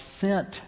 sent